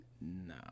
No